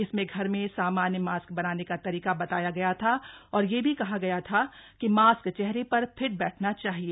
इसमें घर में सामान्य मास्क बनाने का तरीका बताया गया था और यह भी कहा गया था कि मास्क चेहरे पर फिट बैठना चाहिए